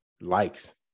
likes